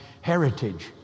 heritage